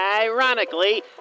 ironically